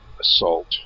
assault